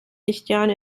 lichtjahren